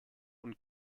und